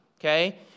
okay